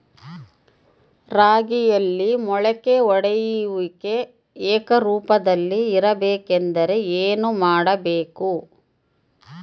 ರಾಗಿಯಲ್ಲಿ ಮೊಳಕೆ ಒಡೆಯುವಿಕೆ ಏಕರೂಪದಲ್ಲಿ ಇರಬೇಕೆಂದರೆ ಏನು ಮಾಡಬೇಕು?